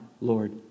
Lord